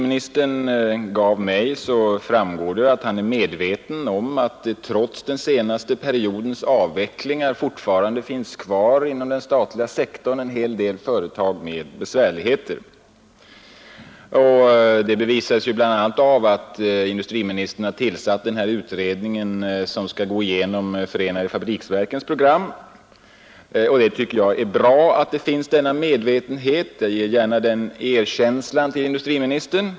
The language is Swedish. Av interpellationssvaret framgår att industriministern är medveten om att det trots den senaste periodens avvecklingar fortfarande finns många företag inom Statsföretagsgruppen som har svårigheter. Det bevisas bl.a. av att industriministern tillsatt denna utredning som skall utröna hur förenade fabriksverkens program bör utformas. Att denna medvetenhet finns tycker jag är bra — jag ger gärna det erkännandet till industriministern.